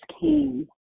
came